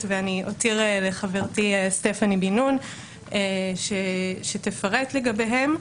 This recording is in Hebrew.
ואני אותיר לחברתי סטפני בן נון שתפרט לגביהם